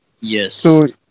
Yes